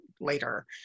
later